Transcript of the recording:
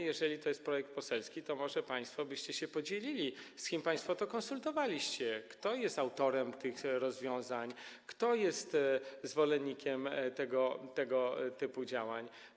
Jeżeli to jest projekt poselski, to może państwo podzielilibyście się tym, z kim państwo to konsultowaliście, kto jest autorem tych rozwiązań, kto jest zwolennikiem tego typu działań.